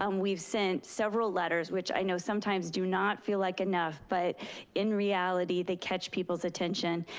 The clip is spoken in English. um we've sent several letters, which i know sometimes do not feel like enough, but in reality, they catch people's attention.